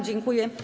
Dziękuję.